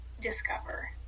discover